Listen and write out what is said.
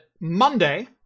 Monday